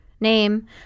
name